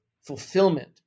fulfillment